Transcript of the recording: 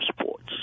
sports